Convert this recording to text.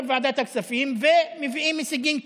בוועדת הכספים ומביאים הישגים כאלה,